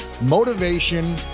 Motivation